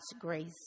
grace